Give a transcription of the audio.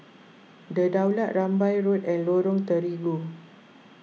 the Daulat Rambai Road and Lorong Terigu